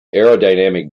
aerodynamic